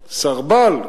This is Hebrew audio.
סרבל,